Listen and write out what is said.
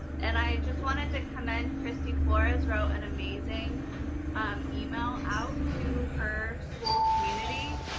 and i just wanted to commend christie flores wrote an amazing um email out to her school community,